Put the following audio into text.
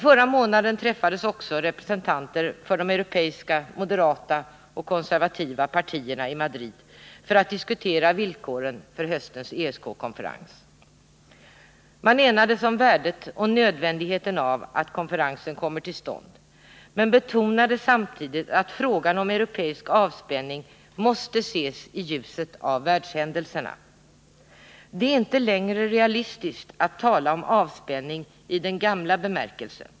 Förra månaden träffades också representanter för de europeiska moderata och konservativa partierna i Madrid för att diskutera villkoren för höstens ESK-konferens. Man enades om värdet och nödvändigheten av att .konferensen kommer till stånd men betonade samtidigt att frågan om europeisk avspänning måste ses i ljuset av världshändelserna. Det är inte längre realistiskt att tala om avspänning i den gamla bemärkelsen.